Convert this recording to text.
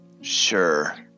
Sure